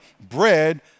bread